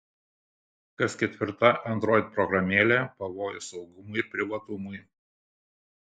kas ketvirta android programėlė pavojus saugumui ir privatumui